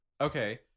Okay